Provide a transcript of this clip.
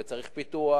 וצריך פיתוח,